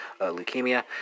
leukemia